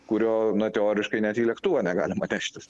kurio na teoriškai net į lėktuvą negalima neštis